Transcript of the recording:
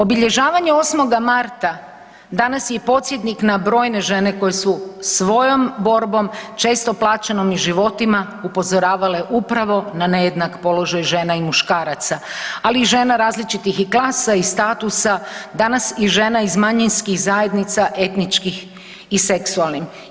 Obilježavanje 8. marta, danas je podsjetnik na brojne žene koje su svojom borbom često plaćenom i životima, upozoravale upravo na nejednak položaj žena i muškaraca, ali i žena različitih i klasa i statusa, danas i žena iz manjinskih zajednica, etničkih i seksualnim.